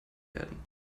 werden